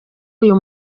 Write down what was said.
uyu